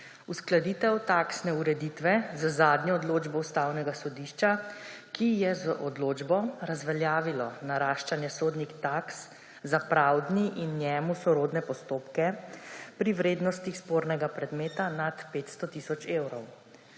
Uskladitev taksne ureditve z zadnjo odločbo Ustavnega sodišča, ki je z odločbo razveljavilo naraščanje sodnih taks za pravdni in njemu sorodne postopke pri vrednostih spornega predmeta nad 500 tisoč evrov.